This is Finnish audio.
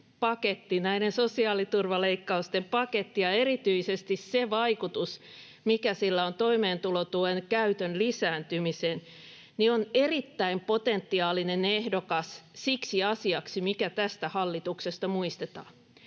näiden sosiaaliturvaleikkausten paketti ja erityisesti se vaikutus, mikä sillä on toimeentulotuen käytön lisääntymiseen, on erittäin potentiaalinen ehdokas siksi asiaksi, mikä tästä hallituksesta muistetaan.